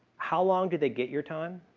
how long did they get your time?